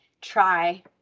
try